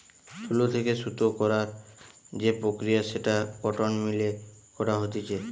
তুলো থেকে সুতো করার যে প্রক্রিয়া সেটা কটন মিল এ করা হতিছে